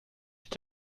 est